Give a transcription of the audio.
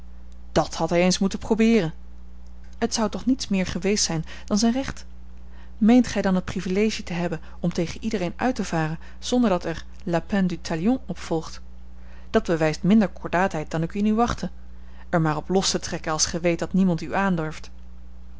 dat had hij eens moeten probeeren het zou toch niets meer geweest zijn dan zijn recht meent gij dan het privilegie te hebben om tegen iedereen uit te varen zonder dat er la peine du talion op volgt dat bewijst minder cordaatheid dan ik in u wachtte er maar op los te trekken als gij weet dat niemand u aandurft